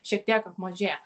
šiek tiek apmažėja